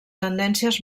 tendències